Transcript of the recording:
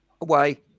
Away